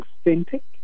authentic